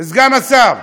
סגן השר,